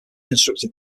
constructed